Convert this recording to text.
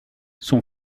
son